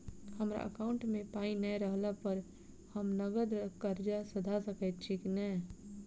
हमरा एकाउंट मे पाई नै रहला पर हम नगद कर्जा सधा सकैत छी नै?